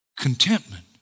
contentment